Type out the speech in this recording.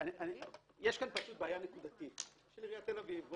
כאן בעיה נקודתית של עיריית תל אביב,